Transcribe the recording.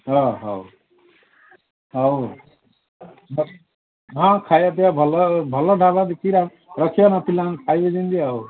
ହଁ ହଉ ହଉ ହଁ ଖାଇବାପିଇବା ଭଲ ଭଲ ଢାବା ଦେଖିକି ରଖିବା ନହେଲେ ପିଲାମାନେ ଖାଇବେ କେମିତି ଆଉ